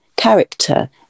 character